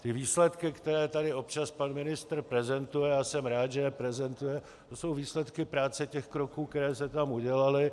Ty výsledky, které tady občas pan ministr prezentuje, a jsem rád, že je prezentuje, to jsou výsledky práce těch kroků, které se tam udělaly.